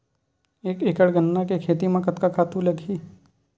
एक एकड़ गन्ना के खेती म कतका खातु लगही?